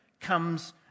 comes